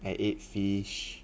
I ate fish